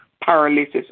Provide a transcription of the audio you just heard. paralysis